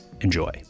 enjoy